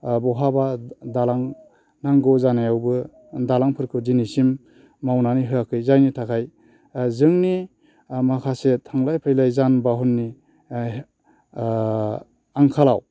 बहाबा दालां नांगौ जानायावबो दालांफोरखौ दिनैसिम मावनानै होआखै जायनि थाखाय जोंनि माखासे थांलाय फैलाय जान बाहननि आंखालाव